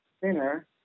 thinner